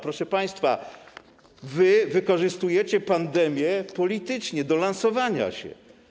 Proszę państwa, wy wykorzystujecie pandemię politycznie, do lansowania się.